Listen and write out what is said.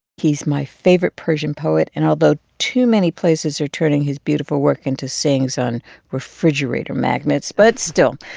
he's my favorite persian poet. and although too many places are turning his beautiful work into sayings on refrigerator magnets, but still,